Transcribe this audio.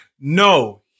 No